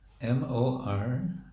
M-O-R